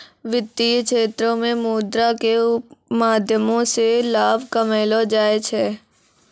वित्तीय क्षेत्रो मे मुद्रा के माध्यमो से लाभ कमैलो जाय छै